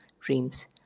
dreams